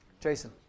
Jason